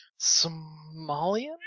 Somalian